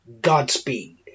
Godspeed